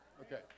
Okay